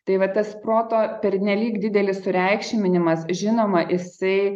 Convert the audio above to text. tai va tas proto pernelyg didelis sureikšminimas žinoma jisai